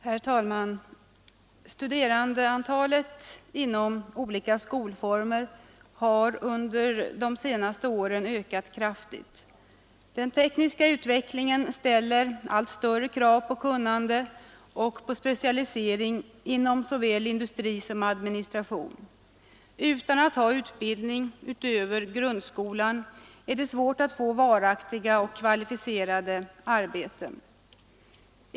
Herr talman! Studerandeantalet inom olika skolformer har under de senaste åren ökat kraftigt. Den tekniska utvecklingen ställer allt större krav på kunnande och specialisering inom såväl industri som administration. Utan att ha utbildning utöver grundskolan är det svårt att få varaktiga och kvalificerade arbeten.